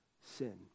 sin